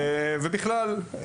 בכלל,